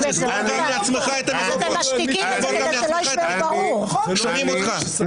אז תסגור גם לעצמך את המיקרופון, כי שומעים אותך.